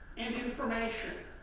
and information.